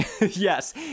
Yes